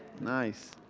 nice